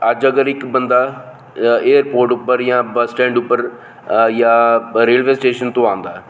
अज्ज अगर इक बंदा एयर पोर्ट उप्पर जां बस स्टेड़ उप्पर जां रेलवे स्टेशन